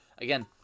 again